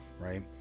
right